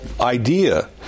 idea